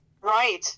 Right